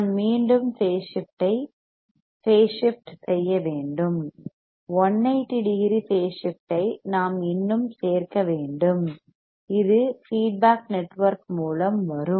நான் மீண்டும் பேஸ் ஐ ஷிப்ட் செய்ய வேண்டும் 180 டிகிரி பேஸ் ஷிப்ட் ஐ நாம் இன்னும் சேர்க்க வேண்டும் இது ஃபீட்பேக் நெட்வொர்க் மூலம் வரும்